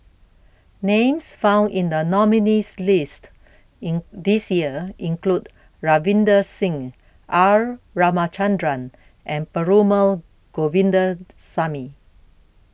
Names found in The nominees' list in This Year include Ravinder Singh R Ramachandran and Perumal Govindaswamy